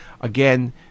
Again